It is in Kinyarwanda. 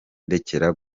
ndekera